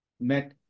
met